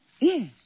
Yes